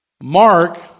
Mark